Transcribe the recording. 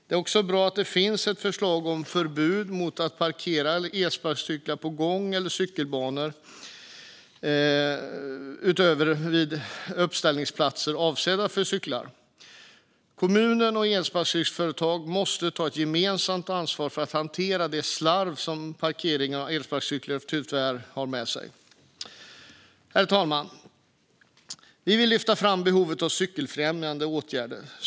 Det är också bra att det finns ett förslag om förbud mot att parkera elsparkcyklar på gång eller cykelbanor utöver vid uppställningsplatser som är avsedda för elsparkcyklar. Kommuner och elsparkcykelföretag måste ta ett gemensamt ansvar för att hantera det slarv som parkering av elsparkcyklar tyvärr för med sig. Herr talman! Vi vill lyfta fram behovet av cykelfrämjande åtgärder.